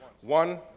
One